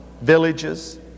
villages